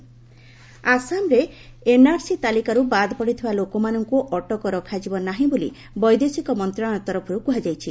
MEA NRC ଆସାମରେ NRC ତାଲିକାରୁ ବାଦ ପଡ଼ିଥିବା ଲୋକମାନଙ୍କୁ ଅଟକ ରଖାଯିବ ନାହିଁ ବୋଲି ବୈଦେଶିକ ମନ୍ତ୍ରଣାଳୟ ତରଫରୁ କୁହାଯାଇଛି